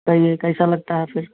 कहिए कैसा लगता है फिर